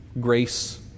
grace